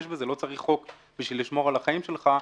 בזה - לא צריך חוק כדי לשמור על החיים שלך,